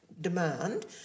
demand